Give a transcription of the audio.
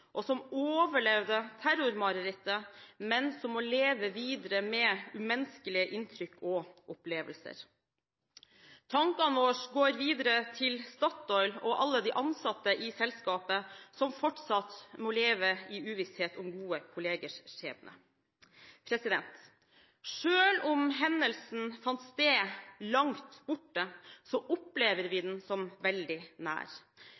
og som overlevde terrormarerittet, men som må leve videre med umenneskelige inntrykk og opplevelser. Tankene våre går videre til Statoil og alle de ansatte i selskapet, som fortsatt må leve i uvisshet om gode kollegers skjebne. Selv om hendelsen fant sted langt borte, opplever vi den som veldig nær.